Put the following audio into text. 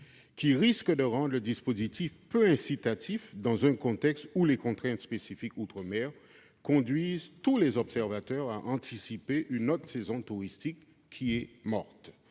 qui risque de le rendre peu incitatif dans un contexte où les contraintes spécifiques en outre-mer conduisent tous les observateurs à anticiper une haute saison touristique « morte